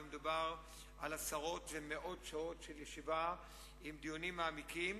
ומדובר בעשרות ומאות שעות של ישיבות של דיונים מעמיקים.